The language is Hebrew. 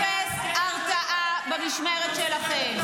אפס הרתעה במשמרת שלכם.